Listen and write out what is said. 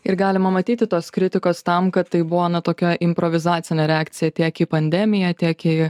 ir galima matyti tos kritikos tam kad tai buvo na tokia improvizacinė reakcija tiek į pandemiją tiek į